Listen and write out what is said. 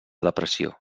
depressió